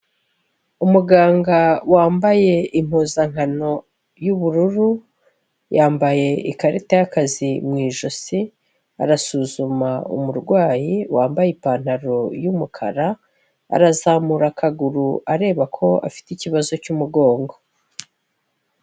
Umuganga wambaye impuzankano y'ubururu, yambaye ikarita y'akazi mu ijosi, arasuzuma umurwayi wambaye ipantaro y'umukara, arazamura akaguru areba ko afite ikibazo cy'umugongo.